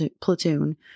platoon